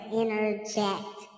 interject